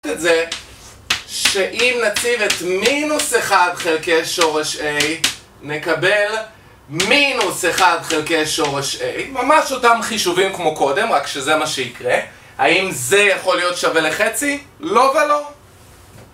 שאם נציב את מינוס אחד חלקי שורש A, נקבל מינוס אחד חלקי שורש A. ממש אותם חישובים כמו קודם, רק שזה מה שיקרה. האם זה יכול להיות שווה לחצי? לא ולא.